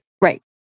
Right